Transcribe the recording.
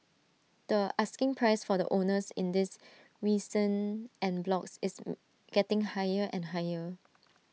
the asking price from the owners in these recent en blocs is getting higher and higher